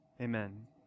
Amen